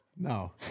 No